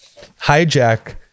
hijack